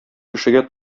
кешегә